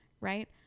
right